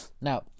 Now